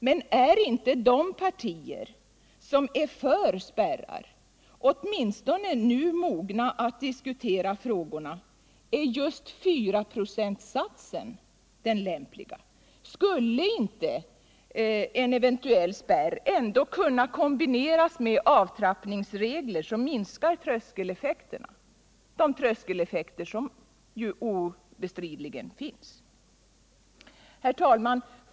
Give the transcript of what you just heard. Men är inte de partier som är för spärrar nu mogna att åtminstone diskutera frågorna: Är just fyraprocentssatsen den lämpliga? Skulle inte en eventuell spärr ändå kunna kombineras med avtrappningsregler som minskar de tröskeleffekter som ju obestridligen finns? Herr talman!